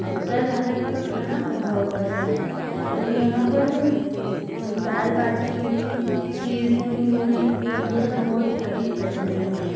उत्तर भारत का खाना बहुत पसंद है और यहाँ पर दाल बाटी हुई खीर पूड़ी हुई यह सब बहुत अधिक प्रचलन में है